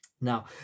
now